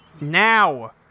Now